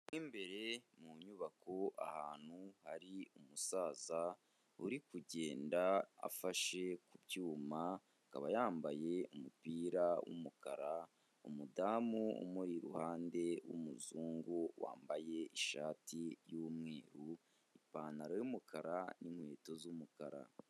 Mo imbere mu nyubako ahantu hari umusaza uri kugenda afashe ku byuma aba yambaye umupira w'umukara, umudamu umuri iruhande w'umuzungu wambaye ishati y'umweru, ipantaro y'umukara n'inkweto z'umukara.